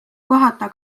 kohata